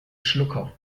schlucker